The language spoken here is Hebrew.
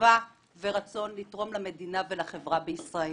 מחשבה ורצון לתרום למדינה ולחברה בישראל.